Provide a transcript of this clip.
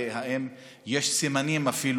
האם יש אפילו סימנים?